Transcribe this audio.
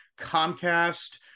Comcast